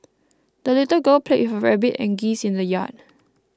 the little girl played with her rabbit and geese in the yard